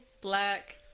black